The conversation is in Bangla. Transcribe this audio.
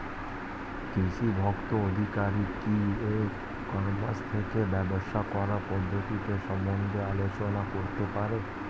কৃষি ভোক্তা আধিকারিক কি ই কর্মাস থেকে ব্যবসা করার পদ্ধতি সম্বন্ধে আলোচনা করতে পারে?